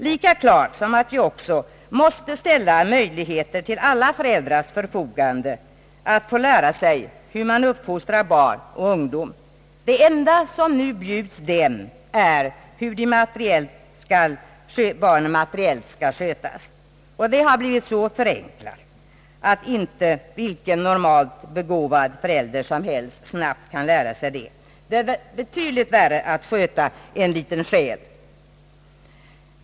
Lika klart är att vi också måste ställa möjligheter till förfogande för alla föräldrar att få lära sig hur man uppfostrar barn och ungdom. Det enda som nu bjuds dem är hur barnen materiellt skall skötas och det har blivit så förenklat att vilken normalt begåvad förälder som helst snabbt kan lära sig det. Det är betydligt värre att sköta en liten själ.